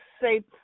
say